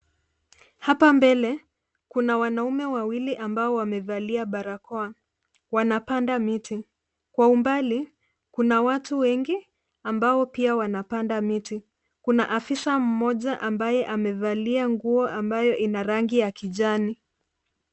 Hapa mbele, kuna wanaume wawili ambao wamevalia barakoa wanapanda miti. Kwa umbali, kuna watu wengi ambao pia wanapanda miti. Kuna afisa mmoja ambaye amevalia nguo ambayo ina rangi ya kijani.